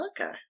Okay